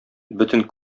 бөтен